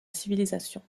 civilisation